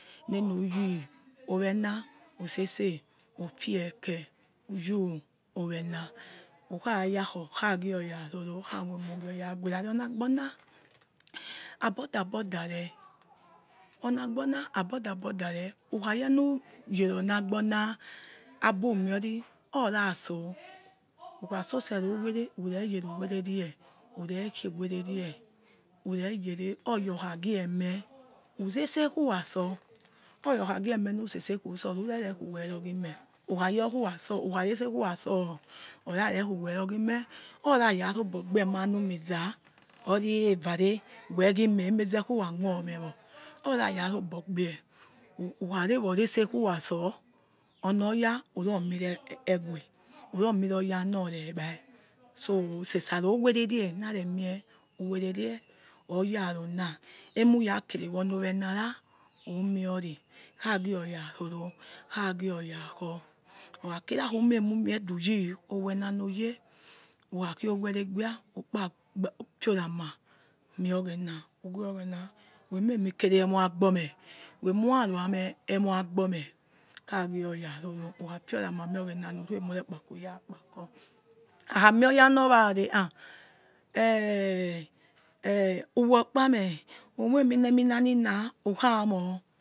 Ne nu yi owena otsese ufi eke uyu owena ukhayakho kha gi oya roro okha muemughioya guwe rari oni agbona aboda aboda reh ona agbona aboda agboda reh ukha yourinuyere oni agbona abumiori oratso ukhe sesero uwere ureyenkwererie ure yeruwererie ureyere oya okha giemeh otsese kurasor oya okhagiemeh nutsese khu sor rarerekhi werogimeh ukhayor uraso ukharese kurasor ora rekhiwerogimeh orayarogbobie man umuza ori eh vare wehgimeh emeze uramuomewor orayaro obo gbie ukharewo resekura sor onoya uromere eh ewe uromeroya nor regbai so sese aro uwererie na remie uwererie oyaro nah emura kere wono owenara umieori agioyaroro agio oya khor okha kira khumi emuduyi owena nuyeh ukhakhio owe eregbia ukpa gba fiorama mio oghena uguo oghena wememi kere emoi agbomeh we mura ruameh emoi agbomeh khagi oyaroro ukhafioramanor oghena neh uruemure kpako ura kpako akha mi oya nor vare ah eeh eeh uwokpameh umoi emina emina nina ukha mor.